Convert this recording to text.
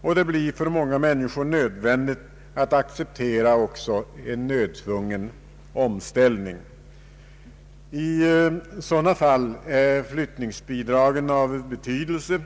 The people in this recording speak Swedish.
och det blir för många människor nödvändigt att acceptera en nödtvungen omställning. I sådana fall är flyttningsbidragen av betydelse.